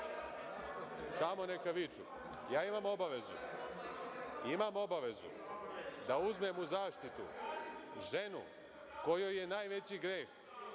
Samo neka viču. Ja imam obavezu da uzmem u zaštitu ženu kojoj je najveći greh